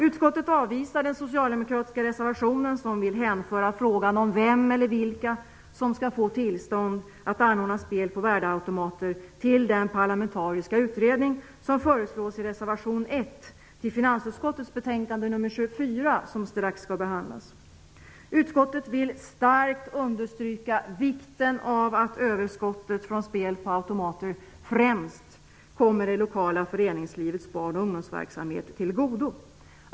Utskottet avvisar den socialdemokratiska reservationen som vill hänföra frågan om vem eller vilka som skall få tillstånd att anordna spel på värdeautomater till den parlamentariska utredning som föreslås i reservation 1 till finansutskottets betänkande 24, som strax skall behandlas. Utskottet vill starkt understryka vikten av att överskottet från spel på automater främst kommer det lokala föreningslivets barn och ungdomsverksamhet till godo.